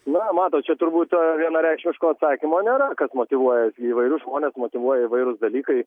na matot čia turbūt vienareikšmiško atsakymo nėra kas motyvuoja įvairius žmones motyvuoja įvairūs dalykai